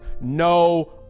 no